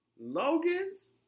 logan's